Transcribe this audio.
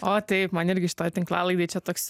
o taip man irgi šitoj tinklalaidėj čia toks